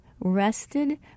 rested